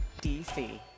DC